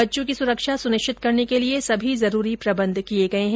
बच्चों की सुरक्षा सुनिश्चित करने के लिए सभी जरूरी प्रबंध किए गए हैं